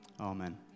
Amen